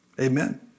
Amen